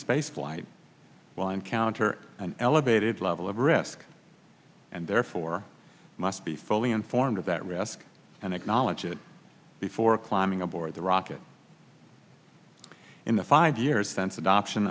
space flight will encounter an elevated level of risk and therefore must be fully informed of that risk and acknowledge it before climbing aboard the rocket in the five years sense adoption